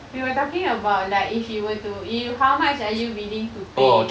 we were talking about like if you were to if how much are you willing to pay